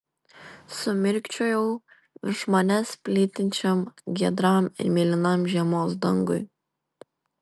sumirkčiojau virš manęs plytinčiam giedram ir mėlynam žiemos dangui